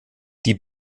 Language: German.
die